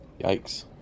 Yikes